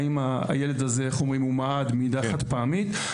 האם הילד הזה מעד מעידה חד-פעמית,